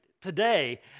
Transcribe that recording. today